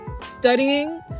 studying